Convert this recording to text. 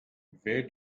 where